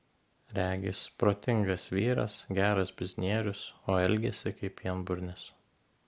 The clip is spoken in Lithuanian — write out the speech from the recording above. regis protingas vyras geras biznierius o elgiasi kaip pienburnis